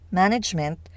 management